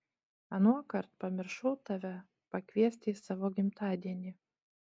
anuokart pamiršau tave pakviesti į savo gimtadienį